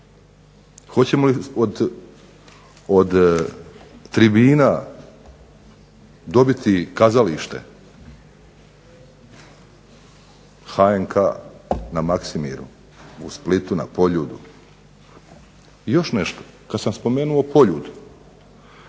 Hoćemo li od tribina dobiti kazalište HNK na Maksimiru, u Splitu na Poljudu? I još nešto, kad sam spomenuo Poljud